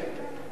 תומכת,